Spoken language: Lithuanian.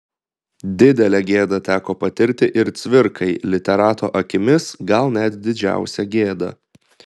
didelę gėdą teko patirti ir cvirkai literato akimis gal net didžiausią gėdą